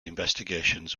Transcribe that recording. investigations